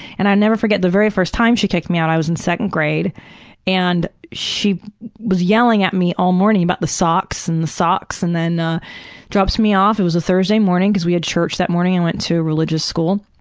and i never forget the very first time she kicked me out. i was in second grade and she was yelling at me all morning about the socks, and the socks. and then ah drops me off. it was a thursday morning cause we had church that morning. i went to a religious school.